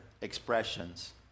expressions